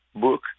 book